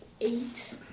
eight